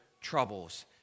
troubles